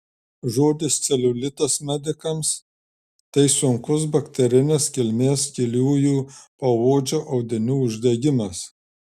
žodis celiulitas medikams tai sunkus bakterinės kilmės giliųjų poodžio audinių uždegimas